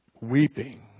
weeping